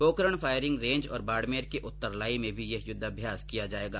Pokaran firing range और बाड़मेर के उत्तरलाई में भी यह युद्धाभ्यास किया जाएगा